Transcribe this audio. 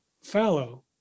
fallow